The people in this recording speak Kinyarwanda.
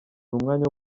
n’umwanya